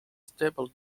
stable